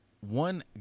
one